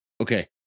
Okay